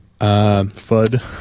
FUD